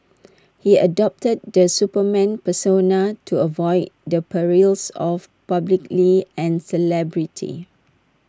he adopted the Superman persona to avoid the perils of publicly and celebrity